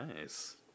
nice